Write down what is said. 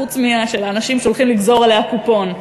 חוץ משל האנשים שהולכים לגזור עליה קופון.